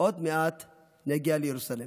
עוד מעט נגיע לירוסלם.